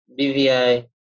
BVI